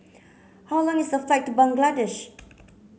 how long is the flight to Bangladesh